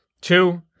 Two